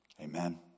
Amen